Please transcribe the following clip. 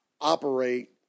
operate